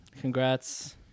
congrats